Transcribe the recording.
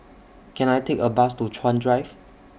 Can I Take A Bus to Chuan Drive